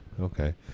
Okay